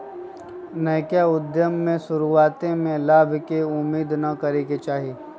नयका उद्यम में शुरुआते में लाभ के उम्मेद न करेके चाही